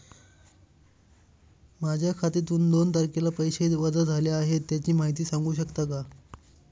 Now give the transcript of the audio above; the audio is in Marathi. माझ्या खात्यातून दोन तारखेला पैसे वजा झाले आहेत त्याची माहिती सांगू शकता का?